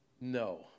No